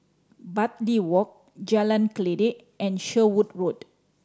Bartley Walk Jalan Kledek and Sherwood Road